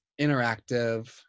interactive